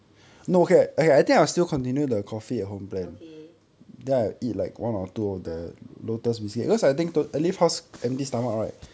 okay ah